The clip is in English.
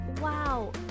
Wow